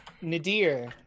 Nadir